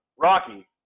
Rocky